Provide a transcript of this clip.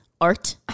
art